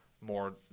more